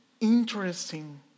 interesting